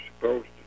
supposed